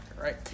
right